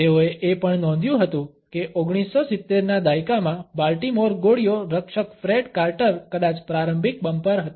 તેઓએ એ પણ નોંધ્યું હતું કે 1970 ના દાયકામાં બાલ્ટીમોર ગોળીઓ રક્ષક ફ્રેડ કાર્ટર કદાચ પ્રારંભિક બમ્પર હતા